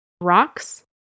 rocks